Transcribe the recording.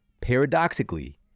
paradoxically